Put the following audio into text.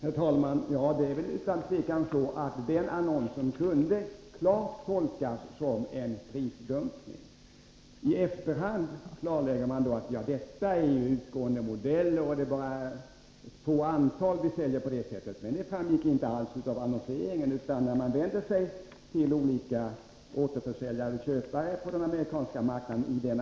Våren 1983 uttalade riksdagen — på förslag av ett enigt försvarsutskott— att det statliga stödet till de frivilliga försvarsorganisationerna bör prioriteras högt. Detta mot bakgrund av att organisationerna är av stor betydelse för totalförsvaret och främjar en bred förankring av försvarstanken hos vårt folk.